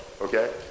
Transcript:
okay